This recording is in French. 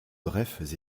brefs